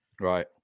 Right